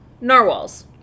Narwhals